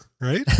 right